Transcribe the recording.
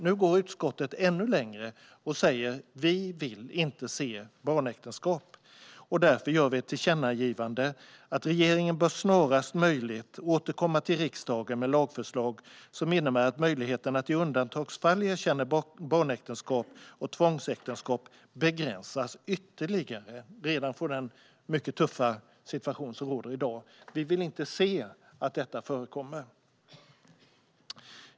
Nu går utskottet ännu längre och säger att vi inte vill se barnäktenskap, och därför gör vi ett tillkännagivande att regeringen snarast möjligt bör återkomma till riksdagen med lagförslag som innebär att möjligheten att i undantagsfall erkänna barnäktenskap och tvångsäktenskap begränsas ytterligare, från den redan mycket tuffa situation som råder i dag. Vi vill inte se att detta förekommer.